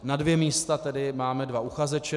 Na dvě místa tedy máme dva uchazeče.